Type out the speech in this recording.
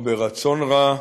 או ברצון רע.